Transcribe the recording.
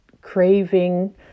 craving